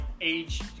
age